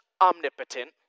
omnipotent